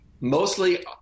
mostly